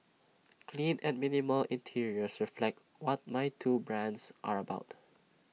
clean and minimal interiors reflect what my two brands are about